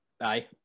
Aye